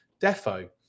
Defo